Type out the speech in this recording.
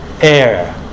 air